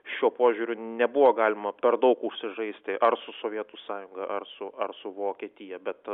šiuo požiūriu nebuvo galima per daug užsižaisti ar su sovietų sąjunga ar su ar su vokietija bet